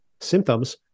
symptoms